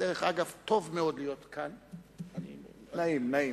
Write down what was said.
דרך אגב, טוב מאוד להיות כאן, נעים, נעים.